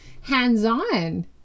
hands-on